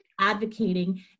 advocating